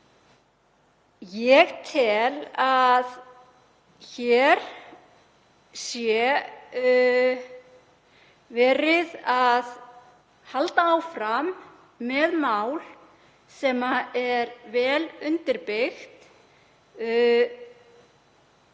Ég tel að hér sé verið að halda áfram með mál sem er vel undirbyggt